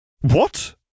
What